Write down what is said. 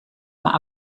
maar